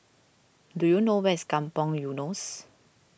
do you know where is Kampong Eunos